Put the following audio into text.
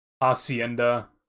Hacienda